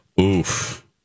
Oof